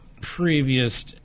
previous